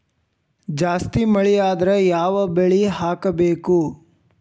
ಜಾಸ್ತಿ ಮಳಿ ಆದ್ರ ಯಾವ ಬೆಳಿ ಹಾಕಬೇಕು?